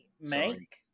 make